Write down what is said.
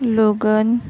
logan